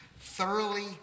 thoroughly